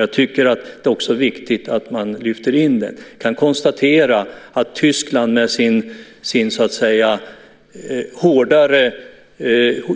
Jag tycker att det är viktigt att man också lyfter in den. Jag kan konstatera att Tyskland, med sitt hårdare